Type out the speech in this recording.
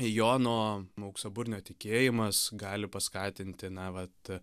jono auksaburnio tikėjimas gali paskatinti na vat